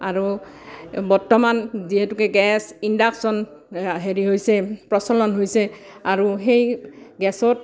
আৰু বৰ্তমান যিহেতুকে গেছ ইণ্ডাকশ্যন হেৰি হৈছে প্ৰচলন হৈছে আৰু সেই গেছত